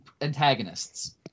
antagonists